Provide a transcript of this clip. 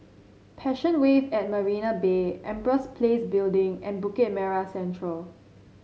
Passion Wave at Marina Bay Empress Place Building and Bukit Merah Central